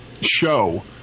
show